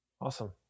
Awesome